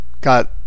got